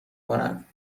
کند